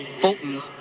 Fulton's